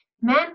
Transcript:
man